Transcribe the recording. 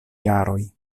jaroj